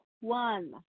one